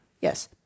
Yes